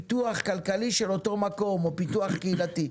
פיתוח כלכלי של אותו מקום או פיתוח קהילתי.